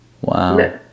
Wow